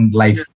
life